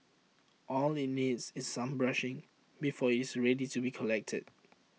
all IT needs is some brushing before it's ready to be collected